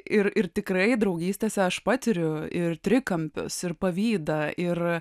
ir ir tikrai draugystėse aš patiriu ir trikampius ir pavydą ir